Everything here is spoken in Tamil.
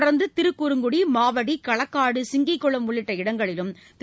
தொடர்ந்து திருக்குறங்குடி மாவடி களக்காடு சிங்கிகுளம் உள்ளிட்ட இடங்களிலும் திரு